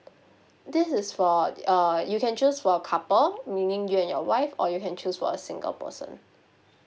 this is for uh you can choose for a couple meaning you and your wife or you can choose for a single person